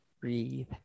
breathe